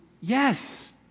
Yes